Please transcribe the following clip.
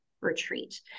Retreat